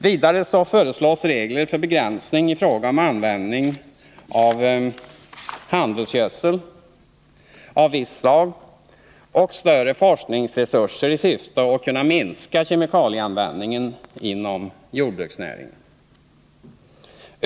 Vidare föreslås regler för begränsning av användningen av handelsgödsel av visst slag samt större forskningsresurser i syfte att minska kemikalieanvändningen inom jordbruksnäringen.